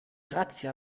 razzia